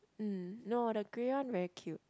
mm no the grey one very cute